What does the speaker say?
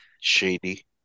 Shady